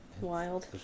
Wild